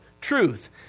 truth